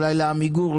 אולי ל"עמיגור".